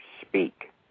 speak